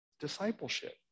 Discipleship